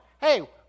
Hey